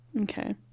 Okay